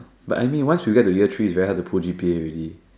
but I mean once you get to year three it's very hard to pull G_P_A already